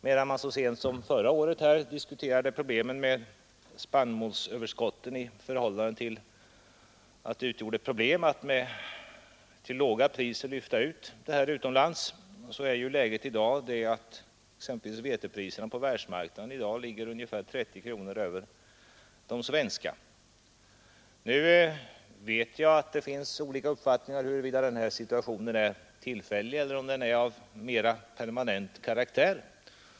Medan man så sent som förra året diskuterade problemen med spannmålsöverskotten — det utgjorde ett problem att till låga priser föra ut dem utomlands — är läget i dag sådant att exempelvis vetepriserna på världsmarknaden ligger ungefär 30 kronor över de svenska. Nu vet jag att det finns olika uppfattningar om huruvida den här situationen är tillfällig eller om den är av mera permanent karaktär.